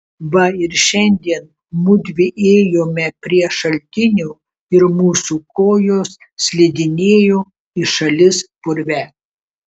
va ir šiandien mudvi ėjome prie šaltinio ir mūsų kojos slidinėjo į šalis purve